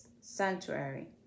sanctuary